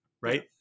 right